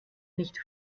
nicht